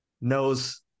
knows